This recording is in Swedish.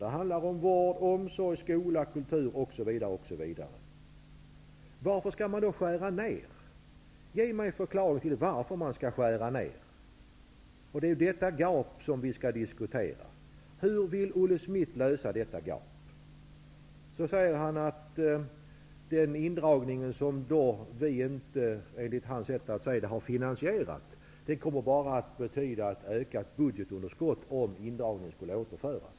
Det handlar om vård, omsorg, skola, kultur, osv. Varför skall man då skära ned? Ge mig en förklaring till att man skall skära ned. Det är detta gap som vi skall diskutera. Hur vill Olle Schmidt lösa detta? Olle Schmidt säger att den indragning som vi, enligt hans sätt att se det, inte har finansierat bara kommer att betyda ett ökat budgetunderskott om den skulle återföras.